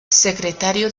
secretario